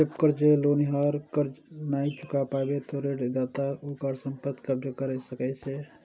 जब कर्ज लेनिहार कर्ज नहि चुका पाबै छै, ते ऋणदाता ओकर संपत्ति पर कब्जा कैर सकै छै